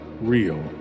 real